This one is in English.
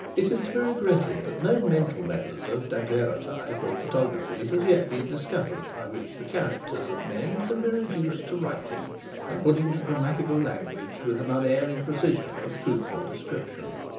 it is to be regretted that no mental method of daguerreotype or photography has yet been discovered, by which the characters of men can be reduced to writing and put into grammatical language with an unerring precision of truthful description.